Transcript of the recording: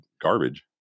garbage